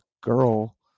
girl